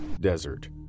desert